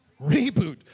reboot